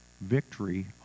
victory